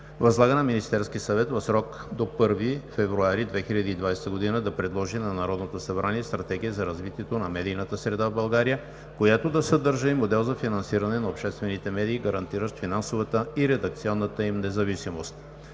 Възлага на Министерския съвет в срок до 1 февруари 2020 г. да предложи на Народното събрание Стратегия за развитието на медийната среда в България, която да съдържа и модел за финансиране на обществените медии, гарантиращ финансовата и редакционната им независимост.“